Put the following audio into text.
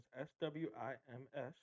S-W-I-M-S